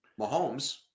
Mahomes